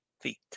feet